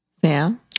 Sam